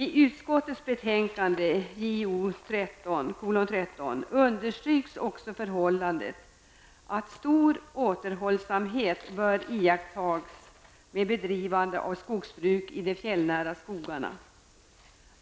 I utskottets betänkande JoU13 understryks också det förhållandet att stor återhållsamhet bör iakttas med bedrivande av skogsbruk i de fjällnära skogarna.